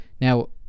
now